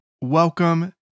Welcome